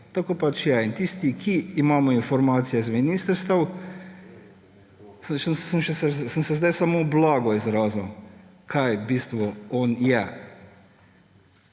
tako pač je. In tisti, ki imamo informacije z ministrstev, sem se zdaj samo blago izrazil, kaj v bistvu on je.